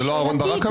זה לא אהרן ברק אמר?